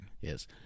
Yes